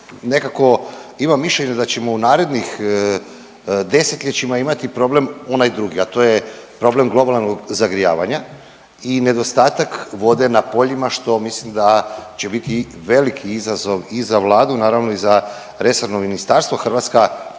nekako imamo mišljenje da ćemo u narednih desetljećima imati problem onaj drugi, a to je problem globalnog zagrijavanja i nedostatak vode na poljima što mislim da će biti veliki izazov i za Vladu naravno i za resorno ministarstvo. Hrvatska